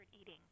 eating